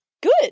Good